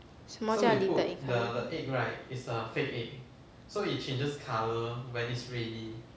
什么叫 little egg colour